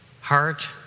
heart